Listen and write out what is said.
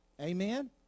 Amen